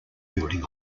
building